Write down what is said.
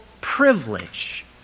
privilege